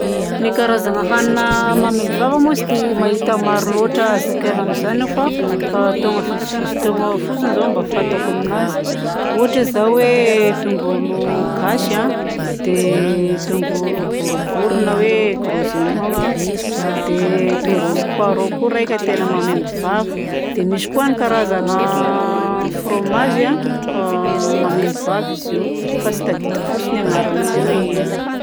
Ny karazagna hanina mahamaimbo vava moa tsy dia mahita maro loatra zakaina amin'izany aho fa a tegna vitsivitsy teo ma fotsiny izao mba fantako aminazy. Ohatra izao hoe tongolo gasy a, dia tongolo boribory na hoe gros oignon a, dia tongolo poireau koa raika tegna mahamaimbo vava. Dia misy koa ny karazagna fromage a mahamaimbo vava izy io fa tsy tadidiko fotsiny agnarany teo hoe ino.